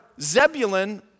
Zebulun